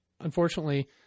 unfortunately